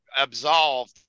absolve